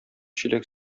чиләк